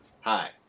Hi